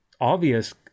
obvious